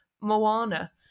Moana